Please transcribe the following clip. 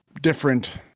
different